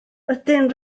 ydyn